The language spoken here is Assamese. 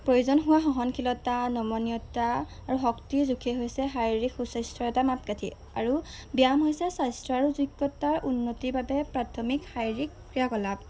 প্ৰয়োজন হোৱা সহনশীলতা নমনীয়তা আৰু শক্তিৰ জোখেই হৈছে শাৰীৰিক সুস্বাস্থ্যৰ এটা মাপকাঠি আৰু ব্যায়াম হৈছে স্বাস্থ্য আৰু যোগ্যতাৰ উন্নতিৰ বাবে প্ৰাথমিক শাৰীৰিক ক্ৰিয়াকলাপ